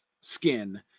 skin